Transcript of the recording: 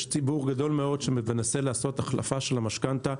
יש ציבור גדול מאוד שמנסה לעשות החלפה של המשכנתה,